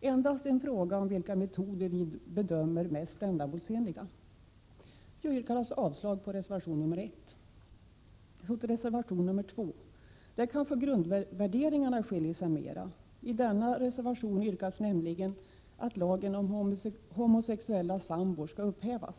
Det är endast en fråga om vilka metoder vi bedömer som mest ändamålsenliga. Jag yrkar alltså avslag på reservation 1. Så till reservation 2. Där kanske grundvärderingarna skiljer sig mera. I denna reservation yrkas nämligen att lagen om homosexuella sambor skall upphävas.